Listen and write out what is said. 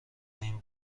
این